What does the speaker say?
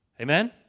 Amen